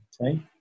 Okay